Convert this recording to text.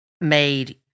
made